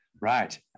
Right